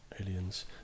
Aliens